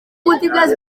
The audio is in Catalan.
múltiples